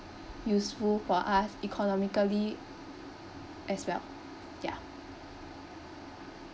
useful for us economically as well ya